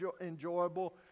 enjoyable